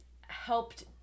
helped